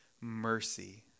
mercy